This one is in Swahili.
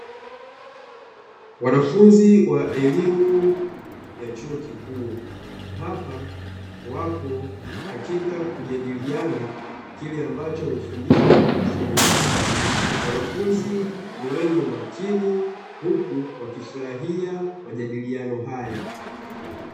Wanafunzi wa elimu ya chuo kikuu, hapa wapo katika kujadiliana kile ambacho wamefundishwa na mkufunzi, wanafunzi ni wenye umakini huku wakifurahia majadiliano haya.